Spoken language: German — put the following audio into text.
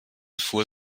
fuhr